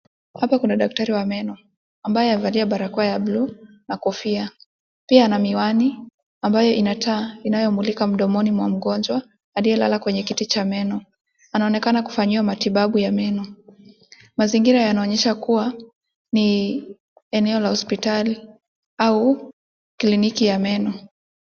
Hapa kuna daktari wa meno ambaye amevalia barakoa ya buluu na kofia. Pia ana miwani ambayo ina taa inayomulika mdomoni mwa mgonjwa aliyelala kwenye kiti cha meno. Anaonekna kufanyiwa matibabu ya meno. Mazingira yanaonyesha kuwa ni eneo la hospitali au kliniki ya meno.